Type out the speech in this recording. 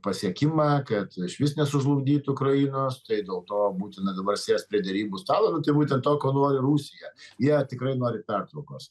pasiekimą kad išvis nesužlugdyt ukrainos tai dėl to būtina dabar sėst prie derybų stalo nu tai būtent to ko nori rusija jie tikrai nori pertraukos